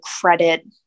credit